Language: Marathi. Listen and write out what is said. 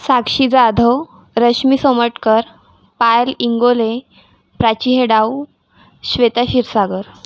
साक्षी जाधव रश्मी सोमटकर पायल इंगोले प्राची हेडाउ श्वेता शिरसागर